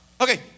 Okay